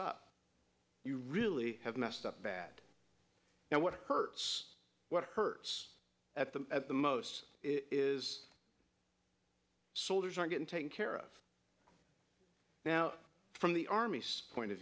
up you really have messed up bad now what hurts what hurts at the at the most is soldiers are getting taken care of now from the army's point of